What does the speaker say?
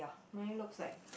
mine looks like